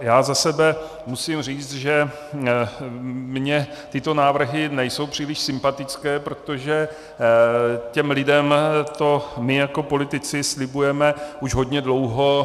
Já za sebe musím říct, že mně tyto návrhy nejsou příliš sympatické, protože těm lidem to my jako politici slibujeme už hodně dlouho.